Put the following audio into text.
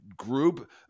group